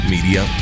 Media